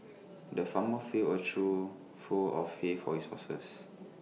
the farmer filled A trough full of hay for his horses